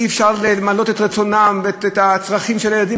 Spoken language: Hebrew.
כשאי-אפשר למלא את הרצון ואת הצרכים של הילדים.